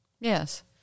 Yes